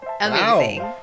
Amazing